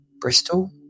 Bristol